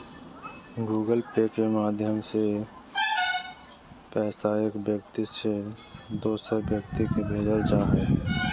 Google Pay के माध्यम से पैसा एक व्यक्ति से दोसर व्यक्ति के भेजल जा हय